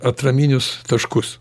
atraminius taškus